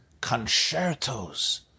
concertos